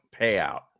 payout